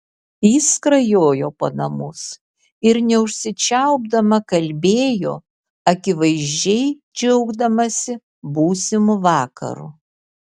ji skrajojo po namus ir neužsičiaupdama kalbėjo akivaizdžiai džiaugdamasi būsimu vakaru